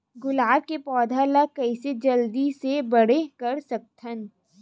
गुलाब के पौधा ल कइसे जल्दी से बड़े कर सकथन?